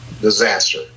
disaster